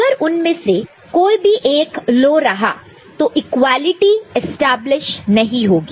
अगर उनमें से कोई भी एक लो रहा तो इक्वालिटी इस्टेब्लिश नहीं होगी